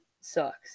sucks